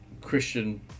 Christian